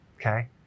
Okay